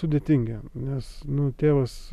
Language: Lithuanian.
sudėtingi nes nu tėvas